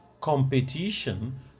Competition